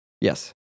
yes